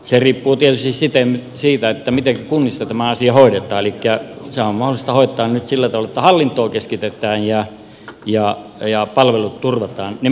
se riippuu tietysti siitä mitenkä kunnissa tämä asia hoidetaan elikkä sehän on mahdollista hoitaa nyt sillä tavalla että hallintoa keskitetään ja palvelut turvataan nimenomaan lähipalvelut